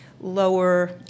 lower